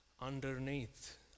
underneath